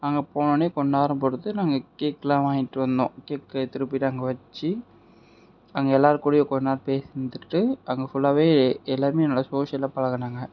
அங்கே போனவோடனே கொஞ்சம் நேரம் பொறுத்து நாங்கள் கேக்கெல்லாம் வாங்கிட்டு வந்தோம் கேக்கை எடுத்துகிட்டு போய் அங்கே வச்சு அங்கே எல்லாருக்கூடயவும் கொஞ்சம் நேரம் பேசிகிட்டு இருந்துட்டு அங்கே ஃபுல்லாவே எல்லாருமே நல்லா சோஷியலாக பழகுனாங்க